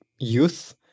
youth